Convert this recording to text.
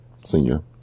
Senior